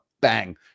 bang